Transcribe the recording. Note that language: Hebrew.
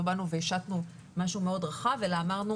לא באנו והשתנו משהו מאוד רחב אלא אמרנו